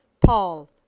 Paul